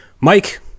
Mike